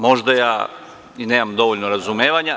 Možda ja i nemam dovoljno razumevanja.